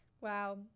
Wow